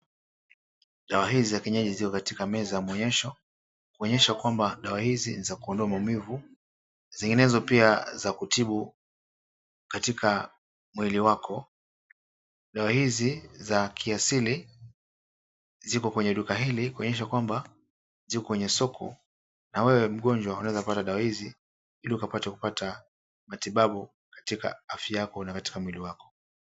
Dawa hizi za kienyeji zilizo katika meza ya maonyesho kuonyesha kwamba dawa hizi ni za kuondoa maumivu, zinginezo pia za kutibu katika mwili wako. Dawa hizi za kiasili ziko kwenye duka hili kuonyesha kwamba ziko kwenye soko na wewe mgonjwa unaeza pata dawa hizi ili ukapate kupata matibabu katika afya yako na katika mwili wako.